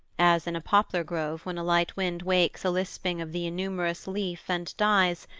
as in a poplar grove when a light wind wakes a lisping of the innumerous leaf and dies,